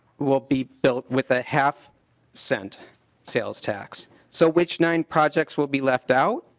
will be built with a have sent sales tax. so which nine projects will be left out?